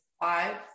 five